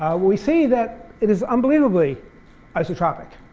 we see that it is unbelievably isotropic.